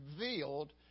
revealed